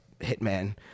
hitman